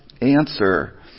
answer